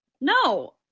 No